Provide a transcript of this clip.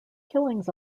killings